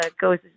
goes